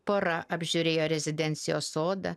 pora apžiūrėjo rezidencijos sodą